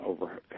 over